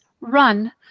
run